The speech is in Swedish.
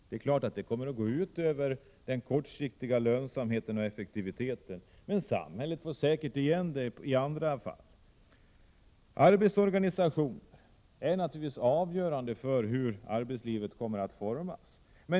Det är klart att det kommer att gå ut över den kortsiktiga lönsamheten och effektiviteten, men samhället får säkert igen det på annat sätt. Arbetsorganisationen är naturligtvis avgörande för hur arbetslivet kommer att utformas.